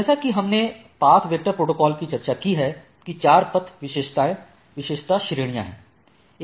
जैसा कि हमने पाथ वेक्टर प्रोटोकॉल में चर्चा की है कि चार पथ विशेषता श्रेणियां हैं